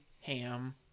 ham